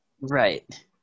right